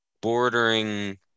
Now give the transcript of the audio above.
bordering